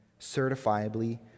certifiably